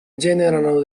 generano